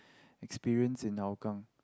experience in Hougang